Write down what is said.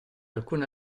alcuna